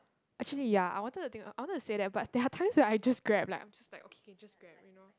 actually ya I wanted to think I wanted to say that but there are times that I just Grab like I'm just like okay okay just Grab you know